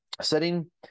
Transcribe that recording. setting